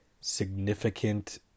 Significant